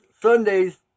Sunday's